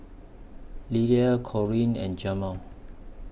Lilla Corrine and Jamel